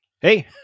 Hey